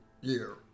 year